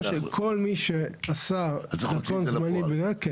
שכל מי שעשה דרכון זמני --- אז צריך להוציא את זה לפועל.